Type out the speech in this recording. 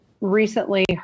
recently